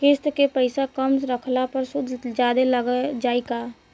किश्त के पैसा कम रखला पर सूद जादे लाग जायी का?